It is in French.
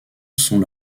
sont